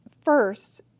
First